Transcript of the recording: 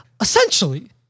essentially